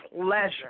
pleasure